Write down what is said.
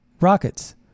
rockets